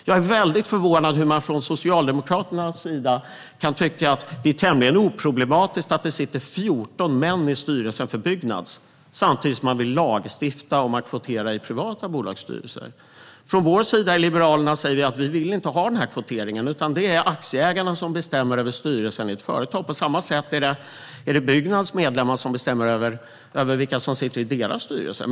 Jag är väldigt förvånad över hur man från Socialdemokraternas sida kan tycka att det är tämligen oproblematiskt att det sitter 14 män i styrelsen för Byggnads, samtidigt som man vill lagstifta om att kvotera i privata bolagsstyrelser. Vi i Liberalerna vill inte ha den här kvoteringen. Det är aktieägarna som bestämmer över styrelsen i ett företag. På samma sätt är det Byggnads medlemmar som bestämmer över vilka som sitter i deras styrelse.